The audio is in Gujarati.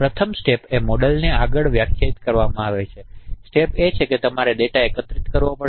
પ્રથમ સ્ટેપ એ મોડેલની આગળ વ્યાખ્યાયિત કરવામાં આવે છે સ્ટેપ એ છે કે તમારે ડેટા એકત્રિત કરવો પડશે